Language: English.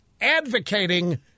advocating